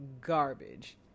garbage